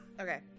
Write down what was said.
Okay